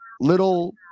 little